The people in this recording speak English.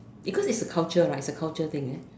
because it's culture right it's a culture thing